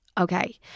Okay